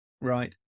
Right